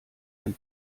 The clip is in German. ein